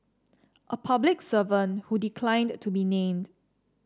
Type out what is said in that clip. a public servant who declined to be named